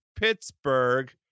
Pittsburgh